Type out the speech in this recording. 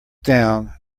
down